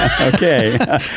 Okay